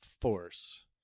Force